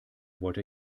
wollte